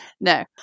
no